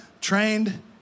trained